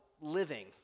living